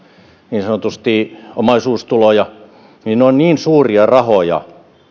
niin sanotusti omaisuustuloja ne ovat niin suuria rahoja että